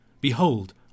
Behold